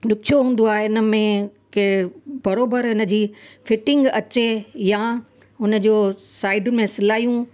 ॾुखियो हूंदो आहे इनमें की बराबरु इनजी फ़िटिंग अचे या उनजो साइड में सिलायूं